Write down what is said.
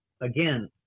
again